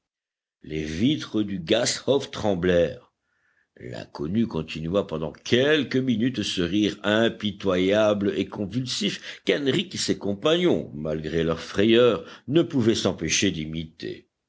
les vitres du gasthof tremblèrent l'inconnu continua pendant quelques minutes ce rire impitoyable et convulsif qu'henrich et ses compagnons malgré leur frayeur ne pouvaient s'empêcher d'imiter